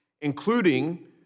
including